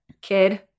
kid